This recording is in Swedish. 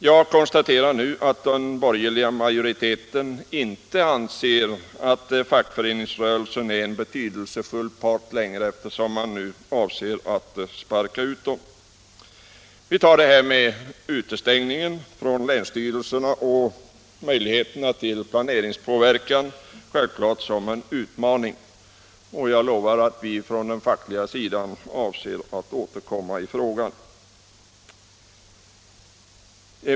Jag konstaterar nu att den borgerliga majoriteten inte längre anser att fackföreningsrörelsen är en betydelsefull part, eftersom man avser att sparka ut dess företrädare. Vi tar självfallet det här med utestängningen från länsstyrelserna och möjligheterna till planeringspåverkan som en utmaning, och jag lovar att vi från den fackliga sidan avser att återkomma i frågan.